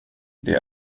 det